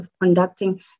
conducting